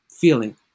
feeling